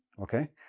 okay?